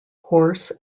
horse